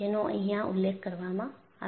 જેનો અહીંયા ઉલ્લેખ કરવામાં આવ્યો છે